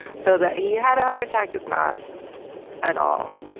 so, that he had a heart attack is not at all,